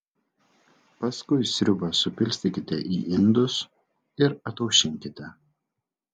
paskui sriubą supilstykite į indus ir ataušinkite